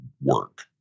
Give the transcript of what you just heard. work